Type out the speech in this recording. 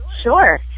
Sure